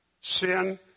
Sin